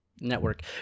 network